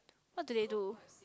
what do they do